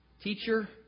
Teacher